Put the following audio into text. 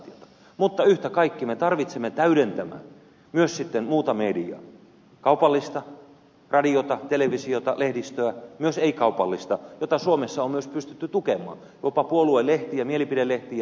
mutta yhtä kaikki me tarvitsemme täydentämään myös muuta mediaa kaupallista radiota televisiota lehdistöä myös ei kaupallista jota suomessa on myös pystytty tukemaan jopa puoluelehtiä mielipidelehtiä